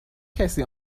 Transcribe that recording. کسی